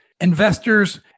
investors